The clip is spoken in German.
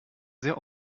sehr